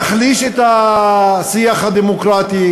להחליש את השיח הדמוקרטי,